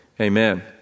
Amen